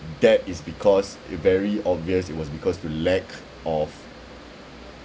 that is because very obvious it was because the lack of